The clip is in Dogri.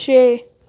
छे